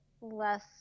less